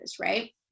right